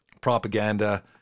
propaganda